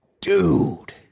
Dude